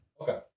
Okay